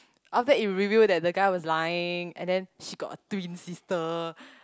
after it reveal that the guy was lying and then she got a twin sister